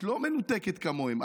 את לא מנותקת כמוהם.